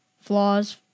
Flaws